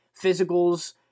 Physicals